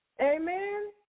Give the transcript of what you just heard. Amen